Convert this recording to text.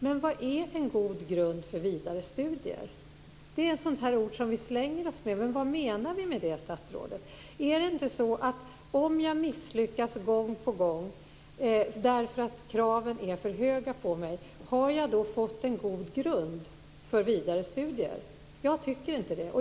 Men vad är en god grund för vidare studier? Det är ord som vi slänger oss med, men vad menar vi, statsrådet? Är det så att den som misslyckas gång på gång därför att de krav som ställs är för höga har fått en god grund för vidare studier? Jag tycker inte det.